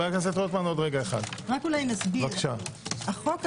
רק נסביר - החוק הזה,